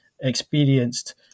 experienced